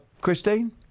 Christine